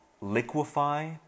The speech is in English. liquefy